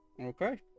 Okay